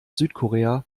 südkorea